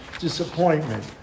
disappointment